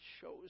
shows